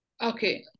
Okay